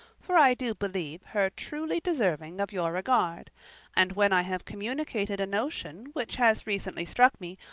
for i do believe her truly deserving of your regard and when i have communicated a notion which has recently struck me,